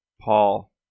Paul